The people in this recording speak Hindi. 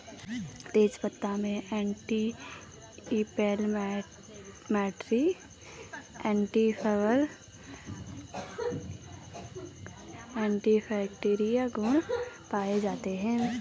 तेजपत्ता में एंटी इंफ्लेमेटरी, एंटीफंगल, एंटीबैक्टिरीयल गुण पाये जाते है